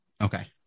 Okay